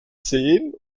zehen